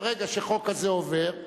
ברגע שהחוק הזה עובר,